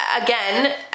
Again